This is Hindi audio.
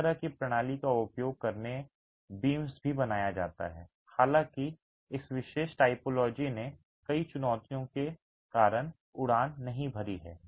इस तरह की प्रणाली का उपयोग करके बीम्स भी बनाया जा सकता है हालाँकि इस विशेष टाइपोलॉजी ने कई चुनौतियों के कारण उड़ान नहीं भरी है